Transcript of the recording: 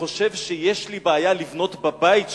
שחושב שיש לי בעיה לבנות בבית שלי,